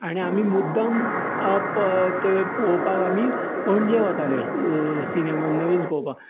आनी आमी मुद्दाम प ते पळोवपाक आमी पणजे वताले सिनेमा नवीन पळोवपाक